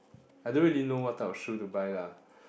I don't really know what type of shoe to buy lah